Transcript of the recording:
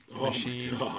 machine